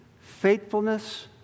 faithfulness